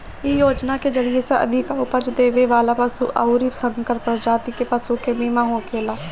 इ योजना के जरिया से अधिका उपज देवे वाला पशु अउरी संकर प्रजाति के पशु के बीमा होखेला